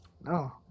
No